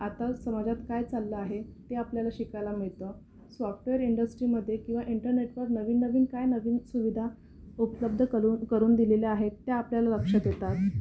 आत्ता समाजात काय चाललं आहे ते आपल्याला शिकायला मिळतं सॉफ्टवेअर इंडस्ट्रीमध्ये किंवा इंटरनेटवर नवीन नवीन काय नवीन सुविधा उपलब्ध कलून करून दिलेल्या आहेत त्या आपल्याला लक्षात येतात